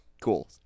cool